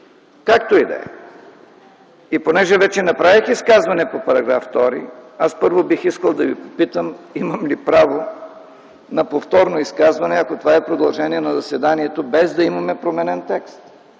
Както и да е. Понеже вече направих изказване по § 2, първо, бих искал да попитам имам ли право на повторно изказване, ако това е продължение на заседанието, без да имаме променен текст?